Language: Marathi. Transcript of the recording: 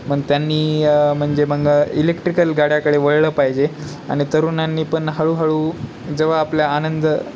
पण त्यांनी म्हणजे मग इलेक्ट्रिकल गाड्याकडे वळलं पाहिजे आणि तरुणांनी पण हळूहळू जेव्हा आपला आनंद